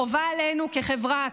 חובה עלינו כחברה,